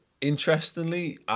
interestingly